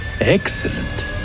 Excellent